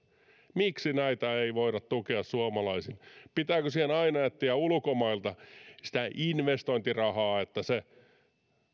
miksi näitä ei voida tukea suomalaisille pitääkö siihen aina etsiä ulkomailta sitä investointirahaa se